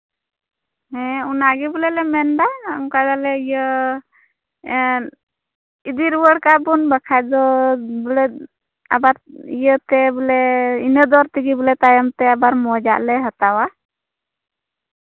ᱦᱮᱸ ᱚᱱᱟᱜᱮ ᱵᱚᱞᱮ ᱞᱮ ᱢᱮᱱᱫᱟ ᱚᱝᱠᱟ ᱜᱮᱞᱮ ᱤᱭᱟᱹ ᱤᱫᱤ ᱨᱩᱣᱟᱹᱲ ᱠᱟᱜᱼᱟ ᱵᱚᱱ ᱵᱟᱠᱷᱟᱱ ᱫᱚ ᱵᱚᱞᱮ ᱟᱵᱟᱨ ᱤᱭᱟᱹ ᱛᱮ ᱵᱚᱞᱮ ᱤᱱᱟᱹ ᱫᱚᱨ ᱛᱮᱜᱮ ᱵᱚᱞᱮ ᱛᱟᱭᱚᱢ ᱛᱮ ᱟᱵᱟᱨ ᱢᱚᱡᱟᱜ ᱞᱮ ᱦᱟᱛᱟᱣᱟ